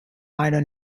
liner